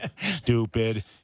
stupid